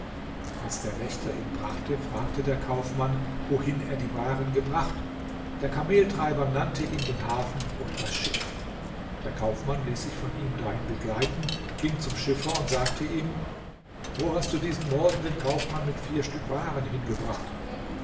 als der wächter ihn brachte fragte der kaufmann wohin er die waren gebracht der kameltreiber nannte ihm den hafen und das schiff der kaufmann ließ sich von ihm dahin begleiten ging zum schiffer und sagte ihm wo hast du diesen morgen den kaufmann mit vier stück waren hingebracht